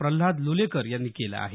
प्रल्हाद लुलेकर यांनी केलं आहे